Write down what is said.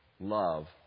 love